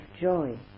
joy